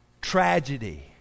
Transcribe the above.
Tragedy